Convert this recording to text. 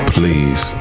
Please